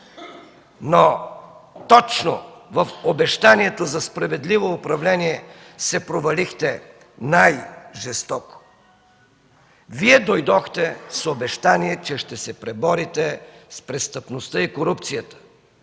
но точно в обещанието за справедливо управление се провалихте най-жестоко. Вие дойдохте с обещание, че ще се преборите с престъпността и корупцията.